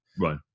Right